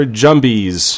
jumbies